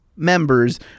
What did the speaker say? Members